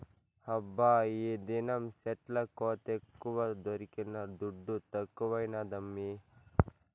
హబ్బా ఈదినం సెట్ల కోతెక్కువ దొరికిన దుడ్డు తక్కువైనాదమ్మీ